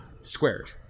squared